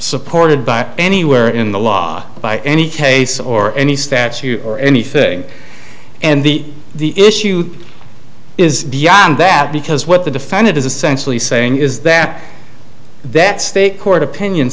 supported by anywhere in the law by any case or any statute or anything and the the issue is beyond that because what the defendant is essentially saying is that that state court opinion